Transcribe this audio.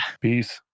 Peace